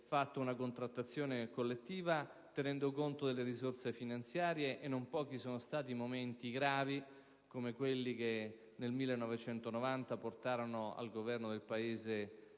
fatto una contrattazione collettiva, tenendo conto delle risorse finanziarie, e non pochi sono stati i momenti gravi, come quelli che negli anni '90 portarono al governo del Paese